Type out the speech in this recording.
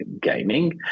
gaming